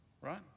right